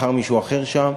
מחר מישהו אחר שם.